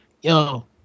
yo